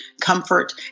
comfort